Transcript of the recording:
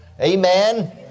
Amen